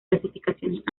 clasificaciones